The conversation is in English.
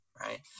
right